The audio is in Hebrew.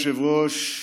אדוני היושב-ראש,